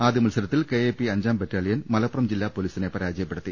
ആദ്യമത്സര ത്തിൽ K A P അഞ്ചാം battalion Malappuram ജില്ലാ പൊലീസിനെ പരാജയപ്പെടുത്തി